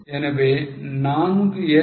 எனவே 4 x மற்றும் 0